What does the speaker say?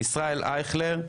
ישראל אייכלר,